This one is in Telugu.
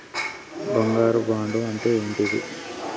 బంగారు బాండు అంటే ఏంటిది?